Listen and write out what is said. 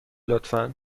لطفا